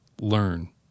Learn